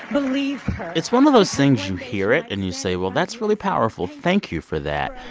believe her it's one of those things you hear it, and you say, well, that's really powerful. thank you for that.